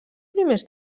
primers